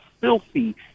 filthy